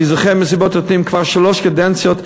אני זוכר מסיבות עיתונאים כבר שלוש קדנציות,